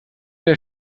der